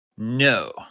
No